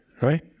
right